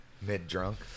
Mid-drunk